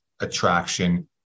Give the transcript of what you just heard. attraction